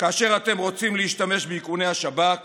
כאשר אתם רוצים להשתמש באיכוני השב"כ